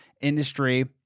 industry